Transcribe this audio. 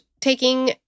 taking